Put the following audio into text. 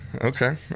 Okay